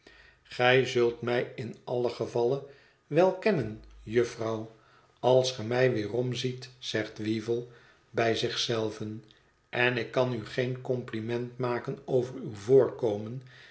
gij zult mij in allen gevalle wel kennen jufvrouw als ge mij weerom ziet zegt weevle bij zich zelven en ik kan u geen compliment maken over uw voorkomen